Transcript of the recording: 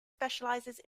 specializes